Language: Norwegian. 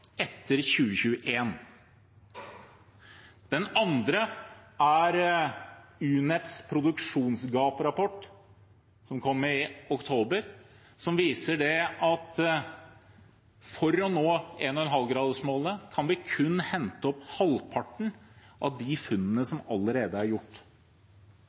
etter 2021. Den andre er UNEPs produksjonsgapsrapport, som kom i oktober, som viser at for å nå 1,5-gradersmålet kan vi kun hente opp halvparten av de funnene som allerede er gjort.